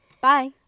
bye